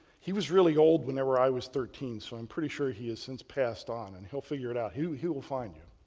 he was really old whenever i was thirteen, so i'm pretty sure he has since passed on and he'll figure it out, he he will find you.